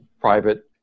private